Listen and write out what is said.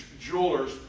jeweler's